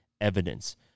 evidence